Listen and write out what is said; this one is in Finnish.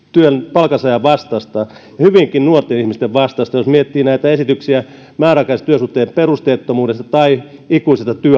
palkansaajavastaista ja hyvinkin nuorten ihmisten vastaista jos miettii näitä esityksiä määräaikaisen työsuhteen perusteettomuudesta tai ikuisesta